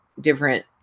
different